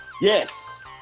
Yes